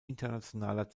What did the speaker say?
internationaler